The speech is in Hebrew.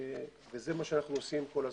וזה מה שאנחנו עושים כל הזמן.